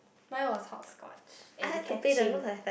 mine was hopscotch and catching